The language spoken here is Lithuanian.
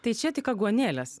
tai čia tik aguonėlės